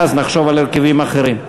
ואז נחשוב על הרכבים אחרים.